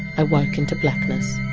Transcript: i woke into blackness.